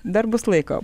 dar bus laiko